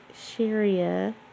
sharia